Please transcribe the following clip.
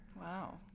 Wow